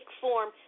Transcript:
form